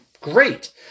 Great